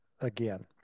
again